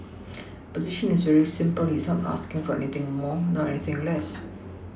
position is very simple he is not asking for anything more not anything less